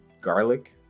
garlic